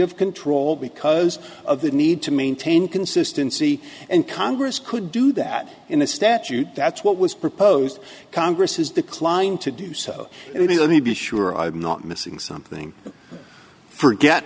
of control because of the need to maintain consistency and congress could do that in a statute that's what was proposed congress has declined to do so it is going to be sure i'm not missing something forget